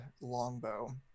longbow